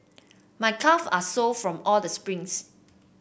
my calve are sore from all the sprints